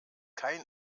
kein